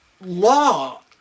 law